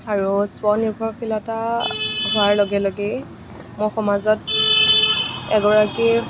আৰু স্বনিৰ্ভৰশীলতা হোৱাৰ লগে লগে মই সমাজত এগৰাকী